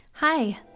Hi